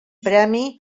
premi